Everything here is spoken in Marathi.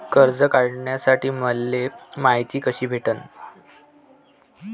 कर्ज काढासाठी मले मायती कशी भेटन?